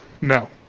no